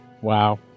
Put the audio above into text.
Wow